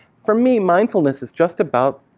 for me, mindfulness is just about